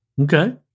Okay